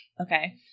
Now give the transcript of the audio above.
Okay